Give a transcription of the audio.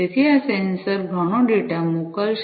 તેથી આ સેન્સર ઘણો ડેટા મોકલશે